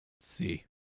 See